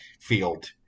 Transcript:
field